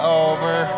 over